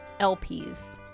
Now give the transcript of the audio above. lps